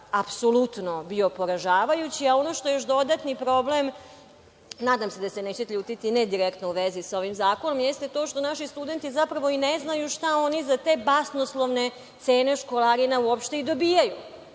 apsolutno bio poražavajući. Ono što je još dodatni problem, nadam se da se nećete ljutiti, nije direktno u vezi sa ovim zakonom, jeste to što naši studenti zapravo i ne znaju šta oni za te basnoslovne cene školarina uopšte i dobijaju,